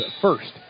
first